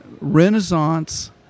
Renaissance